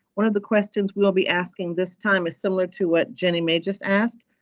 one of the questions we'll be asking this time is similar to what jenny may just asked.